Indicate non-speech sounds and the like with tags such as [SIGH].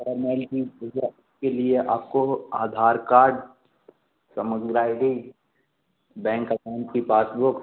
[UNINTELLIGIBLE] के लिए आपको आधार काड [UNINTELLIGIBLE] आई डी बैंक अकाउंट की पासबुक